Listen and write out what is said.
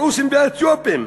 הרוסים והאתיופים,